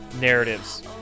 narratives